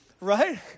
right